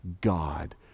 God